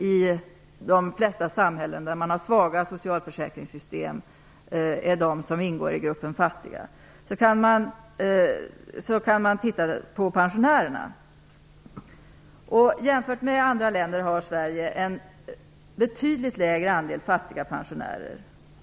I de flesta samhällen har man svaga socialförsäkringssystem för den gruppen. Jämfört med andra länder har Sverige en betydligt mindre andel fattiga pensionärer.